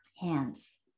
hands